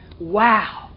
wow